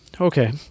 okay